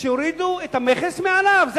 שיורידו את המכס מעליו.